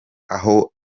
aho